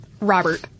Robert